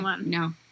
No